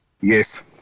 Yes